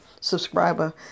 subscriber